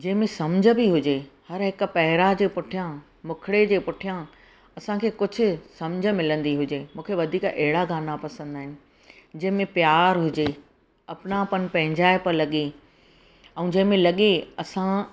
जंहिं में समुझ बि हुजे हर हिकु पैरा जे पुठियां मुखड़े जे पुठियां असांखे कुझु समुझ मिलंदी हुजे मूंखे वधीक अहिड़ा गाना पसंदि आहिनि जंहिं में प्यार हुजे अपनापन पंहिंजाइप लॻे ऐं जंहिं में लॻे असां